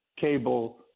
cable